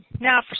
now